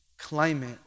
climate